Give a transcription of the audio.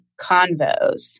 Convos